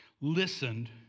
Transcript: Listened